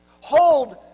Hold